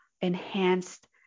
enhanced